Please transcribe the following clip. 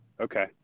Okay